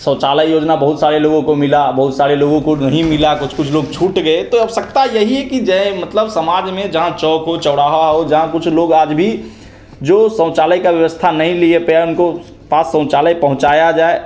शौचालय योजना बहुत सारे लोगों को मिला बहुत सारे लोगों को नहीं मिला कुछ कुछ लोग छूट गए तो आवश्यकता यहीं है कि जै मतलब समाज में जहाँ चौक हो चौराहा हो जहां कुछ लोग आज भी जो शौचालय का व्यवस्था नहीं लिए पेय उनको पास शौचालय पहुँचाया जाए